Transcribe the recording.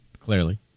clearly